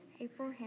April